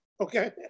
Okay